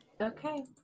okay